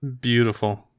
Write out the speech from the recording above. Beautiful